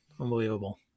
Unbelievable